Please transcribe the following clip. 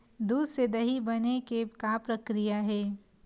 दूध से दही बने के का प्रक्रिया हे?